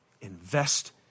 Invest